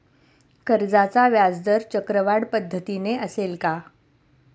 कर्जाचा व्याजदर चक्रवाढ पद्धतीने असेल का?